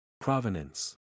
Provenance